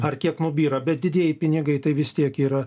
ar kiek nubyra bet didieji pinigai tai vis tiek yra